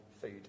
food